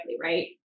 right